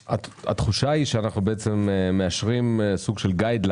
והתחושה היא שאנחנו בעצם מאשרים סוג של קו מנחה,